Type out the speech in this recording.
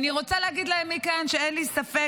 אני רוצה להגיד להם מכאן שאין לי ספק